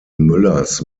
müllers